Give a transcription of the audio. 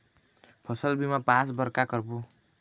फसल बीमा पास बर का करबो?